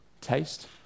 taste